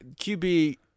QB